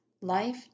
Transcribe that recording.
life